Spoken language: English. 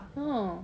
a'ah